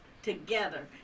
Together